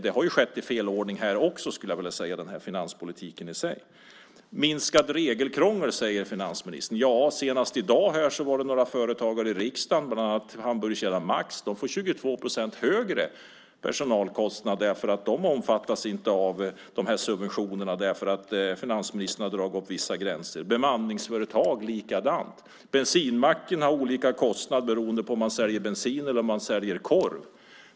Jag skulle vilja säga att finanspolitiken har skett i fel ordning. Minskat regelkrångel, säger finansministern. Senast i dag var det några företagare som var här i riksdagen, bland annat hamburgerkedjan Max som får 22 procent högre personalkostnad. De omfattas nämligen inte av de här subventionerna därför att finansministern har dragit vissa gränser. Likadant är det med bemanningsföretag. Bensinmacken har olika kostnader beroende på om man säljer bensin eller om man säljer korv.